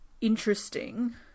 interesting